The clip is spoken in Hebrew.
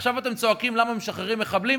עכשיו אתם צועקים למה משחררים מחבלים?